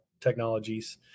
Technologies